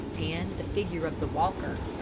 and the figure of the walker.